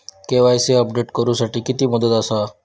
KYC update करू साठी किती मुदत आसा?